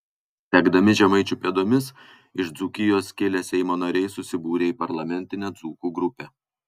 sekdami žemaičių pėdomis iš dzūkijos kilę seimo nariai susibūrė į parlamentinę dzūkų grupę